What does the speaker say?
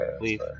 Leave